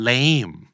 Lame